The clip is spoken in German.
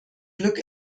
glück